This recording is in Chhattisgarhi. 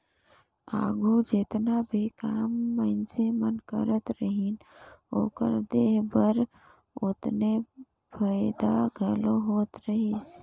आघु जेतना भी काम मइनसे मन करत रहिन, ओकर देह बर ओतने फएदा घलो होत रहिस